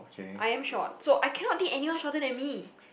I'm short so I cannot date anyone shorter than me